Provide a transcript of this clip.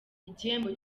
igihembo